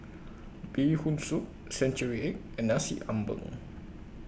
Bee Hoon Soup Century Egg and Nasi Ambeng